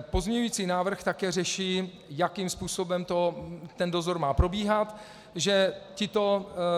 Pozměňující návrh také řeší, jakým způsobem dozor má probíhat, že